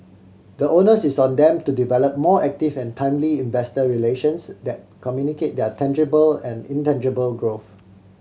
the onus is on them to develop more active and timely investor relations that communicate their tangible and intangible growth